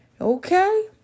Okay